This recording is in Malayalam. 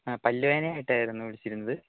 ആ പല്ല് വേദനയായിട്ടായിരുന്നു വിളിച്ചിരുന്നത്